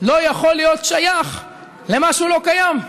לא יכול להיות שייך למשהו לא קיים.